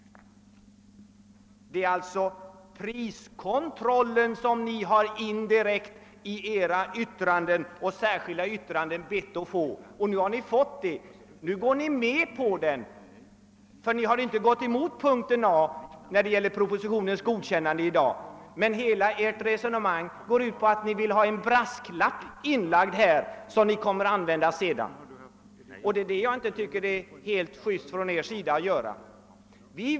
Det är alltså priskontrollen som ni indirekt i era yttranden och särskilda yttranden har bett att få. Nu har ni fått den. Nu går ni med på den — ty ni har inte gått emot punkten A när det gäller propositionens godkännande i "dag. Men hela ert resonemang går ut på att ni vill lägga in en brasklapp som ni kommer att använda sedan, och det tycker jag inte är helt just av er att göra.